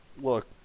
Look